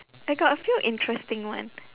I got a few interesting one